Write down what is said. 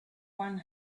one